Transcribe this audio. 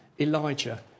Elijah